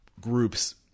groups